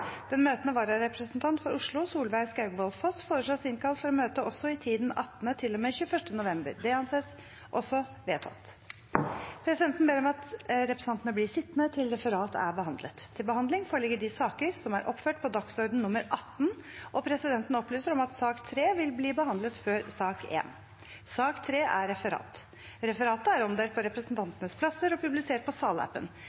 Den møtende vararepresentant for Oslo, Solveig Skaugvoll Foss , innkalles for å møte også i tiden 18. november til og med 21. november. Presidenten ber om at representantene blir sittende til sak nr. 3, Referat, er behandlet. Presidenten opplyser om at sak nr. 3 vil bli behandlet før sak